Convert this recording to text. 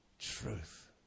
truth